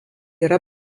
yra